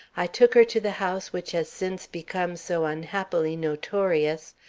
i took her to the house which has since become so unhappily notorious,